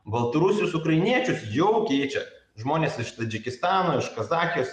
baltarusius ukrainiečius jau keičia žmonės iš tadžikistano iš kazachijos